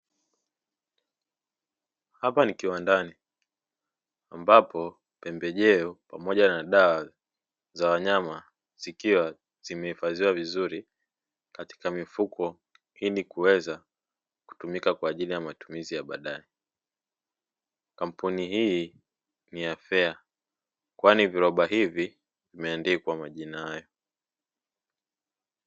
Hapa ni kiwandani, ambapo pembejeo pamoja na dawa za wanyama zikiwa zimehifadhiwa vizuri katika mifuko, ili kuweza kutumika kwa ajili ya matumizi ya baadaye. Kampuni hii ni ya "FEA" kwani viroba hivi vimeandikwa majina haya.